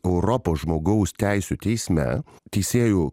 europos žmogaus teisių teisme teisėjų